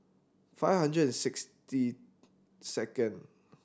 five hundred and sixty second